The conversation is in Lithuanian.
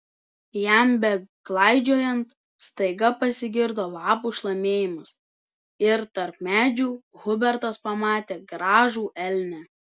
jam beklaidžiojant staiga pasigirdo lapų šlamėjimas ir tarp medžių hubertas pamatė gražų elnią